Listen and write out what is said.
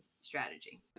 strategy